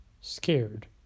scared